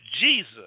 Jesus